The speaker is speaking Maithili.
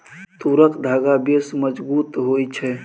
तूरक धागा बेस मजगुत होए छै